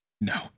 No